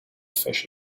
fish